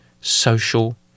social